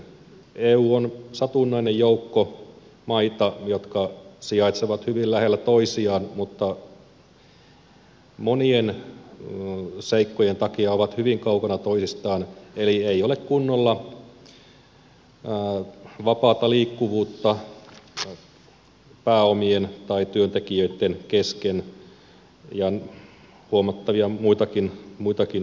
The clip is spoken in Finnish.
eu on satunnainen joukko maita jotka sijaitsevat hyvin lähellä toisiaan mutta monien seikkojen takia ovat hyvin kaukana toisistaan eli ei ole kunnolla vapaata liikkuvuutta pääomien tai työntekijöitten kesken ja huomattavia muitakin asioita on